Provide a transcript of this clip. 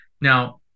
now